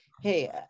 hey